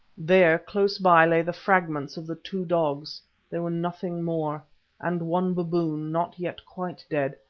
there, close by, lay the fragments of the two dogs they were nothing more and one baboon, not yet quite dead,